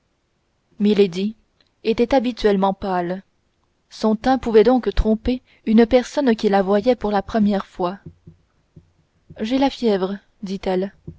milady était habituellement pâle son teint pouvait donc tromper une personne qui la voyait pour la première fois j'ai la fièvre dit-elle